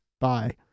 Bye